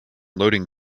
loading